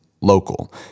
local